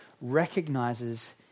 recognizes